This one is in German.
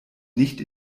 nicht